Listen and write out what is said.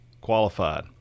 qualified